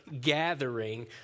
gathering